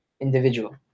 individual